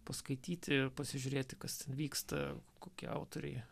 paskaityti ir pasižiūrėti kas ten vyksta kokie autoriai